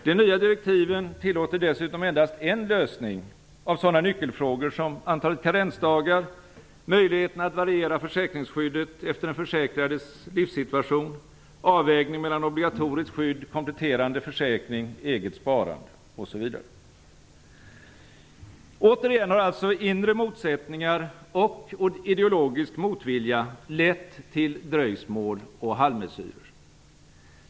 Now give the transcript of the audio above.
De nya direktiven tillåter dessutom endast en lösning av sådana nyckelfrågor som antalet karensdagar, möjligheterna att variera försäkringsskyddet efter den försäkrades livssituation, avvägning mellan obligatoriskt skydd, kompletterande försäkring och eget sparande m.m. Återigen har alltså inre motsättningar och ideologisk motvilja lett till dröjsmål och halvmesyrer.